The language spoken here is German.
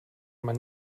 man